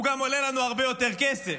הוא גם עולה לנו הרבה יותר כסף.